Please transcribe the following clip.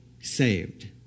saved